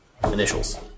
Initials